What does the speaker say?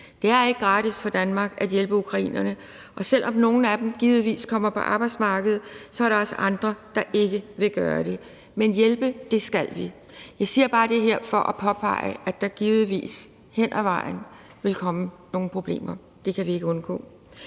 Det er ikke gratis for Danmark at hjælpe ukrainerne, og selv om nogle af dem givetvis kommer på arbejdsmarkedet, er der også andre, der ikke vil gøre det – men hjælpe, det skal vi. Jeg siger bare det her for at påpege, at der givetvis hen ad vejen vil komme nogle problemer. Det kan vi ikke undgå.